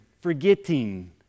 Forgetting